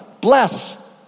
bless